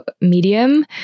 medium